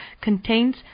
contains